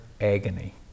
agony